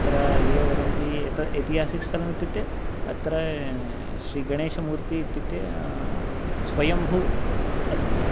अत्र ये वदन्ति एतत् एतिहासिकं स्थलमित्युक्ते अत्र श्रीगणेशमूर्तिः इत्युक्ते स्वयंभू अस्ति